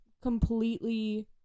completely